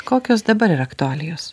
kokios dabar yra aktualijos